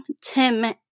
Tim